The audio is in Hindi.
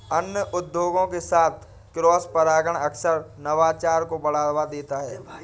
अन्य उद्योगों के साथ क्रॉसपरागण अक्सर नवाचार को बढ़ावा देता है